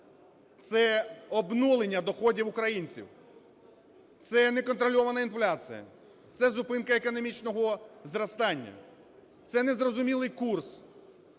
Це обнулення доходів українців. Це неконтрольована інфляція, це зупинка економічного зростання, це незрозумілий курс